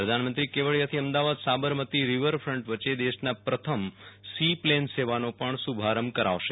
પ્રધાનમંત્રી કેવડીયાથી અમદાવાદ સાબરમતી રીવરફ્રન્ટ વચ્ચે દેશના પ્રથમ સી પ્લેન સેવાનો પણ શુ ભારંભ કરાવશે